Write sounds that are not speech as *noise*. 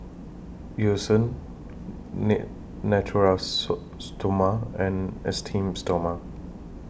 Eucerin *unintelligible* Natura So Stoma and Esteem Stoma